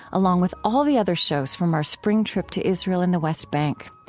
along with all the other shows from our spring trip to israel and the west bank.